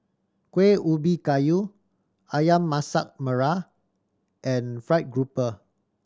Kuih Ubi Kayu Ayam Masak Merah and fried grouper